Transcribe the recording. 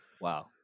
Wow